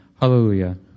Hallelujah